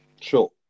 sure